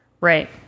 Right